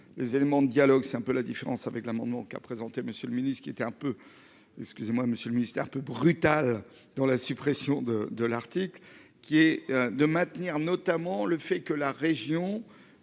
Les éléments de dialogue. C'est un peu la différence avec l'amendement qu'a présenté Monsieur le Ministre, qui était un peu. Excusez-moi monsieur le ministère peu brutal dont la suppression de de l'article qui est de maintenir notamment le fait que la région